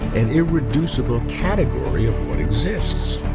an irreducible category of what exists?